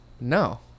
No